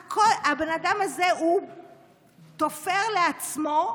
הבן אדם הזה תופר לעצמו,